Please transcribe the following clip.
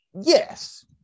Yes